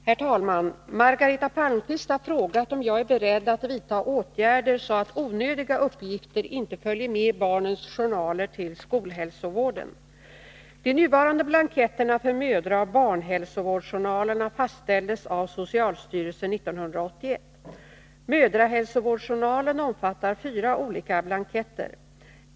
Herr talman! Margareta Palmqvist har frågat om jag är beredd att vidta åtgärder så att onödiga uppgifter inte följer med barnens journaler till skolhälsovården. De nuvarande blanketterna för mödraoch barnhälsovårdsjournalerna fastställdes av socialstyrelsen 1981. Mödrahälsovårdsjournalen omfattar fyra olika blanketter.